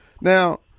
Now